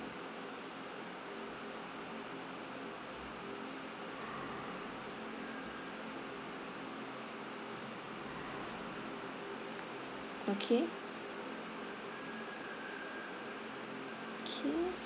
okay okay